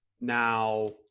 now